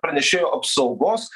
pranešėjo apsaugos